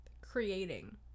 creating